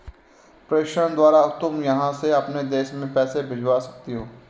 प्रेषण द्वारा तुम यहाँ से अपने देश में पैसे भिजवा सकती हो